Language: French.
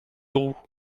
roux